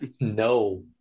No